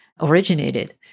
originated